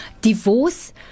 Divorce